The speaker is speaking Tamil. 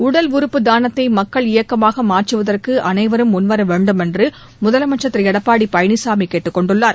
உடல் உறுப்பு தானத்தை மக்கள் இயக்கமாக மாற்றுவதற்கு அனைவரும் முன்வரவேண்டும் என்று முதலமைச்சர் எடப்பாடி பழனிசாமி கேட்டுக் கொண்டுள்ளார்